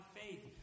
faith